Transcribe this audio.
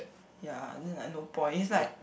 ya then like no point is like